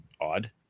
odd